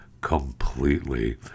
completely